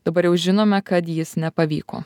dabar jau žinome kad jis nepavyko